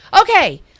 Okay